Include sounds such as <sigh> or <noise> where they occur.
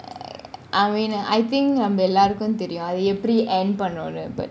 <noise> I mean I think நம்ம எல்லாருக்கும் தெரியும் அது எப்பிடி :namma ellarukum teriyum athu epidi end பாணோமுன்னு :panomunu but